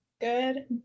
Good